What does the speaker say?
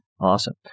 Awesome